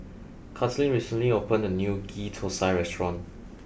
Kathleen recently opened a new Ghee Thosai restaurant